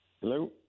Hello